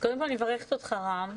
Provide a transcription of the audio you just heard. קודם כל, אני מברכת אותך, רם.